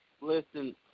Listen